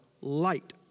light